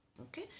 okay